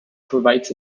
provides